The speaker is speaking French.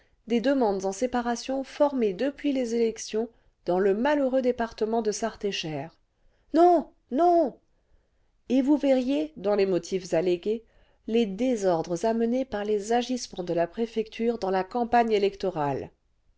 des demandes en séparation formées depuis les élections dans le malheureux département cle sarthe et cher non non et vous verriez dans les motifs allégués les désordres amenés par les agissements de la préfecture dans la campagne électorale